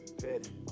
Petty